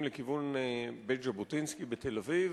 לכיוון בית-ז'בוטינסקי בתל-אביב,